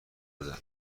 دادن